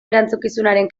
erantzukizunaren